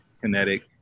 kinetic